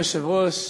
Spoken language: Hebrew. אדוני היושב-ראש,